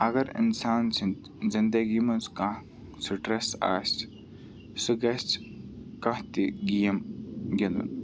اگر اِنسان سٕنٛدۍ زندگی منٛز کانٛہہ سٹرٛٮ۪س آسہِ سُہ گژھِ کانٛہہ تہِ گیم گِنٛدُن